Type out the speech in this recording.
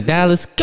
Dallas